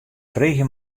freegje